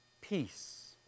peace